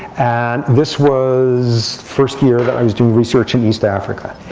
and this was first year that i was doing research in east africa.